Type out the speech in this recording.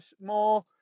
more